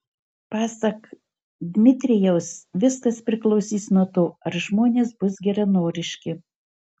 pasak dmitrijaus viskas priklausys nuo to ar žmonės bus geranoriški